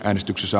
äänestyksissä